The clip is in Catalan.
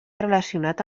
relacionat